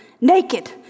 naked